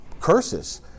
curses